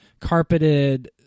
carpeted